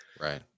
Right